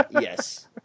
Yes